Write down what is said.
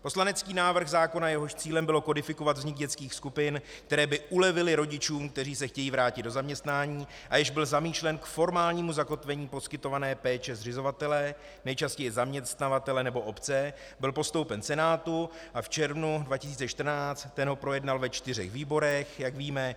Poslanecký návrh zákona, jehož cílem bylo kodifikovat vznik dětských skupin, které by ulevily rodičům, kteří se chtějí vrátit do zaměstnání, a jenž byl zamýšlen k formálnímu zakotvení poskytované péče zřizovatele, nejčastěji zaměstnavatele nebo obce, byl postoupen Senátu v červnu 2014, ten ho projednal ve čtyřech výborech, jak víme.